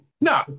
No